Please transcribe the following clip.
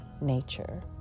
nature